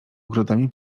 ogrodami